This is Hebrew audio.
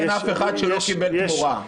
אין אף אחד שלא קיבל תמורה.